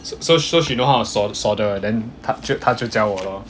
so so she know how to solder then 她就她就教我 lor